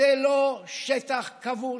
זה לא שטח כבוש,